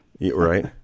right